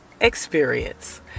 experience